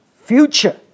future